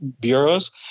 bureaus